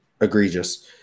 egregious